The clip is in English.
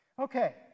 Okay